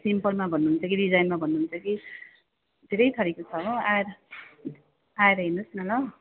सिम्पलमा भन्नुहुन्छ कि डिजाइनमा भन्नुहुन्छ कि धेरै थरीको छ हो आएर आएर हेर्नुहोस् न ल